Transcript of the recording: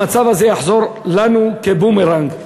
המצב הזה יחזור אלינו כבומרנג.